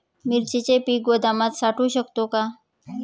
मिरचीचे पीक गोदामात साठवू शकतो का?